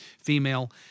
female